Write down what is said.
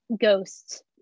ghosts